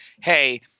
hey